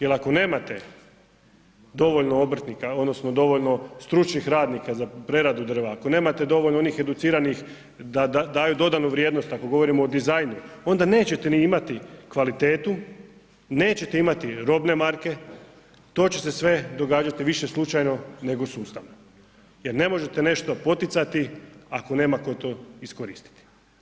Jel ako nemate dovoljno obrtnika odnosno dovoljno stručnih radnika za preradu drva, ako nemate dovoljno onih educiranih da daju dodanu vrijednost ako govorimo o dizajnu onda nećete ni imati kvalitetu, neće imati robne marke to će se sve događati više slučajno nego sustavno jer ne možete nešto poticati, ako nema ko to iskoristiti.